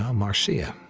um marcia.